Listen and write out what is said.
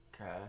Okay